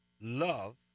Love